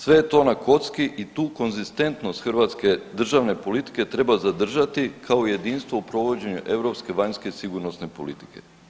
Sve je to na kocki i tu konzistentnost hrvatske državne politike treba zadržati kao i jedinstvo u provođenju europske vanjske sigurnosne politike.